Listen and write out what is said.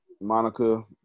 Monica